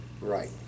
Right